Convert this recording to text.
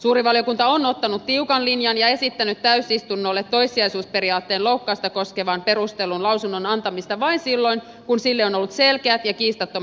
suuri valiokunta on ottanut tiukan linjan ja esittänyt täysistunnolle toissijaisuusperiaatteen loukkausta koskevan perustellun lausunnon antamista vain silloin kun sille on ollut selkeät ja kiistattomat perusteet